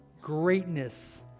greatness